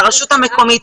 לרשות המקומית.